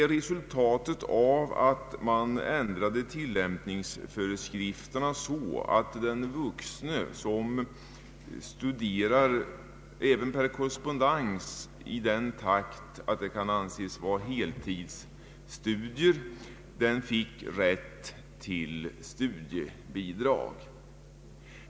Jo, resultatet av att man ändrade tillämpningsföreskrifterna så att den vuxne som studerar, även per korrespondens, i den takt att det kan anses vara heltidsstudier fick rätt till studiebidrag.